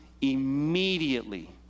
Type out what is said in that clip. immediately